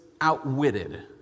outwitted